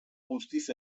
guztiz